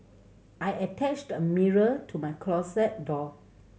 I attached a mirror to my closet door